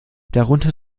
darunter